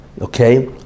okay